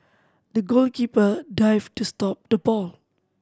the goalkeeper dived to stop the ball